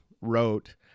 wrote